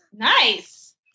Nice